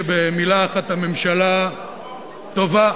שבמלה אחת הממשלה טובה.